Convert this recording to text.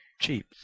cheap